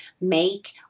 make